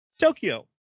Tokyo